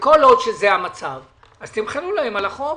שכל עוד זה המצב אז תמחלו להם על החוב,